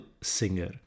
Singer